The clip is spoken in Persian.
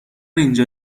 اینجا